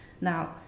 Now